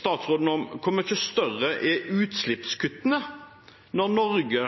statsråden: Hvor mye større er utslippskuttene, når Norge